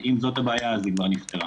אז אם זאת הבעיה אז היא כבר נפתרה.